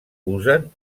usen